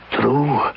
true